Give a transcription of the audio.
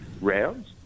rounds